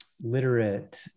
literate